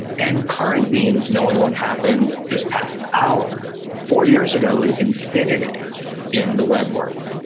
and current means knowing what happened this past hour. four years ago is infinity in the web world.